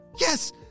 Yes